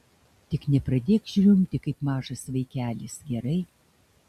tik nepradėk žliumbti kaip mažas vaikelis gerai